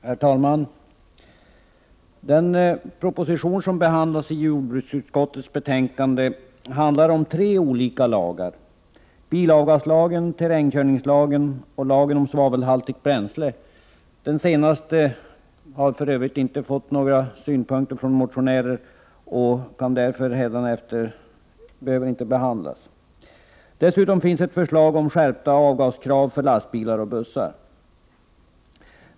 Herr talman! Den proposition som behandlas i jordbruksutskottets betänkande handlar om tre olika lagar: bilavgaslagen, terrängkörningslagen och lagen om svavelhaltigt bränsle. Den senaste har för övrigt inga motionärer haft synpunkter på, den behöver därför inte tas upp i debatten. Dessutom finns ett förslag om skärpta avgaskrav för lastbilar och bussar.